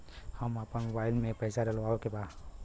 हम आपन मोबाइल में पैसा डलवावे के बा?